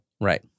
Right